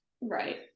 Right